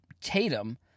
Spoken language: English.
Tatum